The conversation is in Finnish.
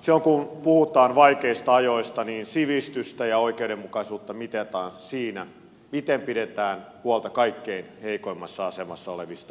silloin kun puhutaan vaikeista ajoista niin sivistystä ja oikeudenmukaisuutta mitataan siinä miten pidetään huolta kaikkein heikoimmassa asemassa olevista ihmisistä